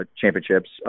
championships